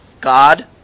God